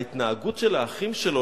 ההתנהגות של האחים שלו,